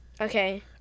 Okay